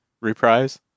reprise